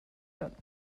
werden